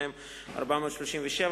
מ/437,